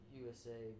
usa